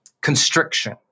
constriction